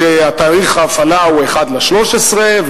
שתאריך ההפעלה הוא בינואר 13',